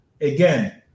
Again